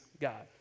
God